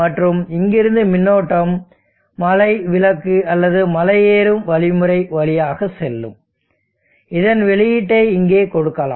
மற்றும் இங்கிருந்து மின்னோட்டம் மலை விலக்கு அல்லது மலை ஏறும் வழிமுறை வழியாக செல்லும் இதன் வெளியீட்டை இங்கே கொடுக்கலாம்